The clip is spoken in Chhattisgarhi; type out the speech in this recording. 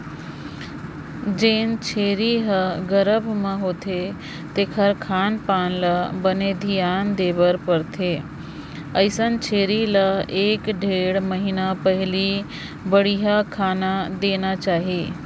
जेन छेरी ह गरभ म होथे तेखर खान पान ल बने धियान देबर परथे, अइसन छेरी ल एक ढ़ेड़ महिना पहिली बड़िहा खाना देना चाही